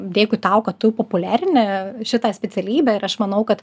dėkui tau kad tu populiarini šitą specialybę ir aš manau kad